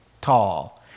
tall